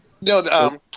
No